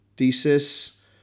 thesis